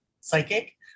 psychic